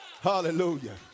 Hallelujah